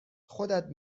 خودت